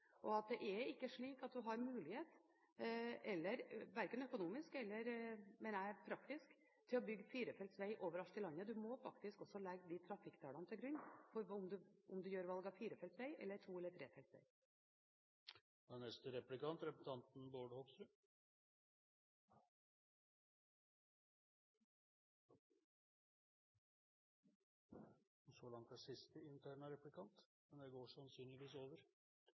grunn, og at det ikke er slik at du har mulighet, verken økonomisk eller praktisk, mener jeg, til å bygge ut firefelts veg over alt i landet. Du må faktisk også legge trafikktallene til grunn for om du gjør valg av firefelts, tofelts eller trefelts veg. Statsråden sier at hun skal komme tilbake til helheten senere. Det er jo litt spesielt at man ikke har tenkt på det